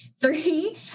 Three